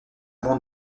mont